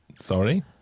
Sorry